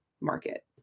market